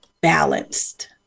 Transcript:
balanced